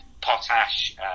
potash